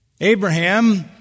Abraham